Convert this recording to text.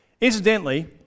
Incidentally